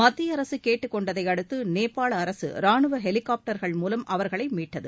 மத்திய அரசு கேட்டுக் கொண்டதையடுத்து நேபாள அரசு ரானுவ ஹெலிகாப்டர்கள் மூலம் அவர்களை மீட்டது